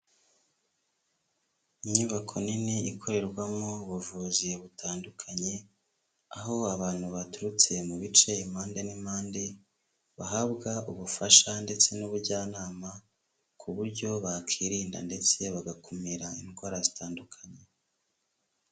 Inyubako nini ikorerwamo ubuvuzi butandukanye, aho abantu baturutse mu bice impande n'impande, bahabwa ubufasha ndetse n'ubujyanama ku buryo bakirinda ndetse bagakumira indwara zitandukanye.